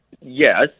yes